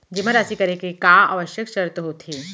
जेमा राशि करे के का आवश्यक शर्त होथे?